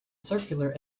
circular